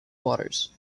waters